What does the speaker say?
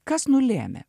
kas nulėmė